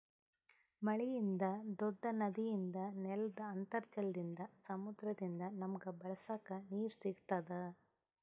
ಮಳಿಯಿಂದ್, ದೂಡ್ಡ ನದಿಯಿಂದ್, ನೆಲ್ದ್ ಅಂತರ್ಜಲದಿಂದ್, ಸಮುದ್ರದಿಂದ್ ನಮಗ್ ಬಳಸಕ್ ನೀರ್ ಸಿಗತ್ತದ್